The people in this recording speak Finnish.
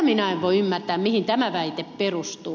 minä en voi ymmärtää mihin tämä väite perustuu